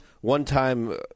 one-time